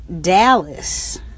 dallas